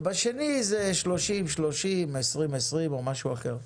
ובשני זה 30-30, 20-20 או משהו אחר.